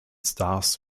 stars